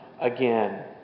again